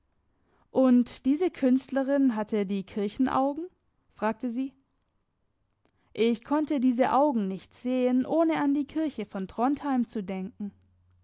und diese künstlerin hatte die kirchenaugen fragte sie ich konnte diese augen nicht sehen ohne an die kirche von drontheim zu denken